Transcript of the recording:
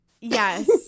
yes